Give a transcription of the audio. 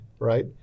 Right